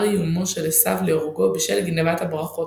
איומו של עשיו להורגו בשל גנבת הברכות,